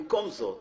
במקום זאת,